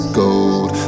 gold